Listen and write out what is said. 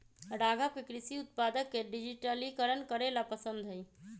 राघव के कृषि उत्पादक के डिजिटलीकरण करे ला पसंद हई